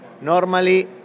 normally